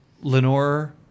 Lenore